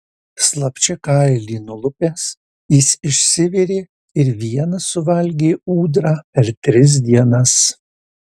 slapčia kailį nulupęs jis išsivirė ir vienas suvalgė ūdrą per tris dienas